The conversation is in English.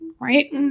right